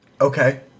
Okay